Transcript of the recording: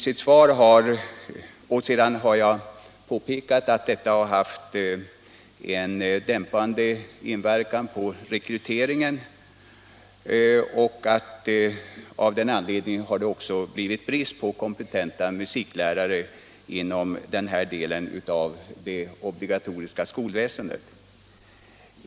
Vidare har jag påpekat att detta har haft en dämpande inverkan på rekryteringen och att det av den anledningen också har uppstått brist på kompetenta musiklärare inom denna del av det obligatoriska skolväsendet.